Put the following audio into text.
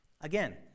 again